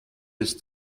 ist